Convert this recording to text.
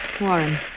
Warren